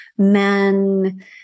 men